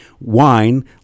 wine